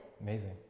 Amazing